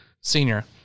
senior